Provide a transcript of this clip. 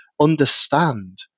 understand